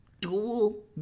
dual